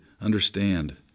understand